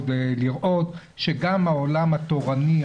כשרואים שגם העולם התורני,